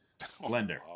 blender